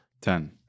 Ten